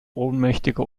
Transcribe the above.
ohnmächtige